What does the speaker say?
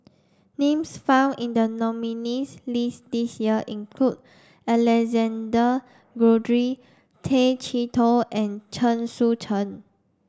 names found in the nominees' list this year include Alexander Guthrie Tay Chee Toh and Chen Sucheng